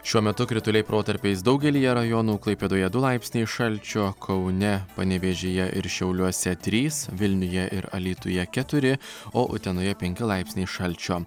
šiuo metu krituliai protarpiais daugelyje rajonų klaipėdoje du laipsniai šalčio kaune panevėžyje ir šiauliuose trys vilniuje ir alytuje keturi o utenoje penki laipsniai šalčio